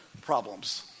Problems